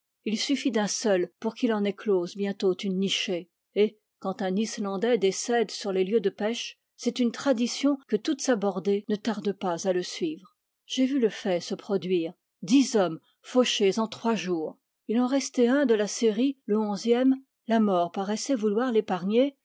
il suffit d'un seul pour qu'il en éclose bientôt une nichée et quand un islandais décède sur les lieux de pêche c'est une tradition que toute sa bordée ne tarde pas à le suivre j'ai vu le fait se produire dix hommes fauchés en trois jours il en restait un de la série le onzième la mort paraissait vouloir l'épargner